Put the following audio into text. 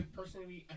personally